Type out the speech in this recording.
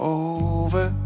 over